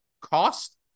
cost